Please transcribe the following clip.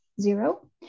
zero